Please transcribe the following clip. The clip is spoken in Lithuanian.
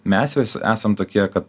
mes visi esam tokie kad